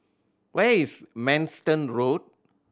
where is Manston Road